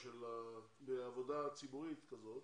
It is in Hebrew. דווקא בעבודה ציבורית כזאת,